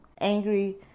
angry